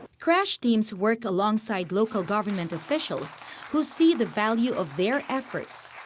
crash teams work alongside local government officials who see the value of their efforts.